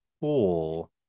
pool